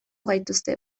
gaituzte